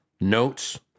notes